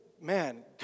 man